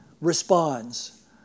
responds